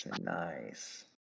Nice